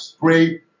great